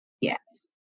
Yes